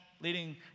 leading